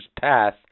path